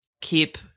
keep